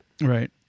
Right